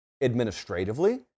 administratively